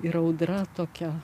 ir audra tokia